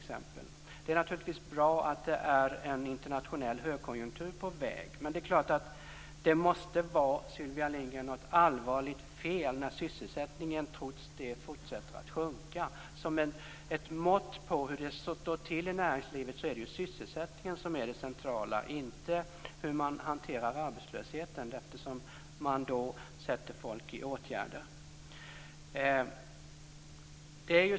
Det är naturligtvis bra att det är en internationell högkonjunktur på väg. Men det måste vara något allvarligt fel när sysselsättningen trots det fortsätter att minska. Som ett mått på hur det står till i näringslivet är det ju sysselsättningen som är det centrala, inte hur man hanterar arbetslösheten, eftersom man då placerar människor i åtgärder.